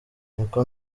niko